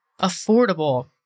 affordable